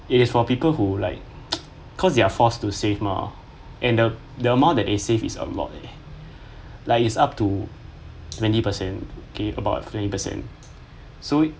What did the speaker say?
it is for people who like cause their force to save mah and the the amount that they save is a lot eh like it's up to twenty percent okay about twenty percent so